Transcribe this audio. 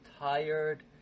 tired